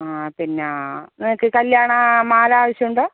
പിന്നെ നിങ്ങൾക്ക് കല്യാണ മാല ആവശ്യം ഉണ്ടോ